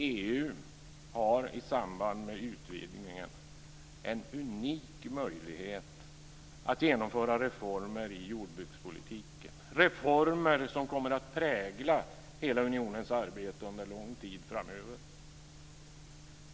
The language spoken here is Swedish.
EU har i samband med utvidgningen en unik möjlighet att genomföra reformer i jordbrukspolitiken - reformer som kommer att prägla hela unionens arbete under lång tid framöver.